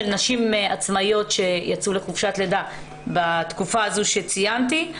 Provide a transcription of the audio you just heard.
נשים עצמאיות שיצאו לחופשת לידה בתקופה הזו שציינתי.